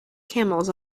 camels